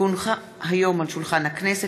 כי הונחה היום על שולחן הכנסת,